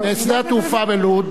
שדה התעופה בלוד,